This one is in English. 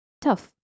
tough